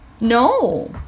No